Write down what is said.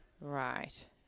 Right